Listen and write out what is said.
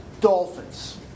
dolphins